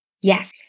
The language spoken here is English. Yes